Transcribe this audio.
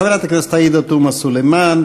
חברת הכנסת עאידה תומא סלימאן,